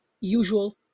usual